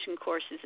courses